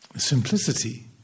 Simplicity